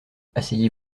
asseyez